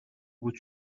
بود